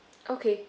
okay